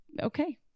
okay